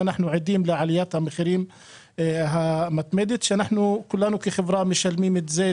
אנחנו עדים לעליית המחירים המתמדת על הבינוי שכולנו כחברה משלמים אותה.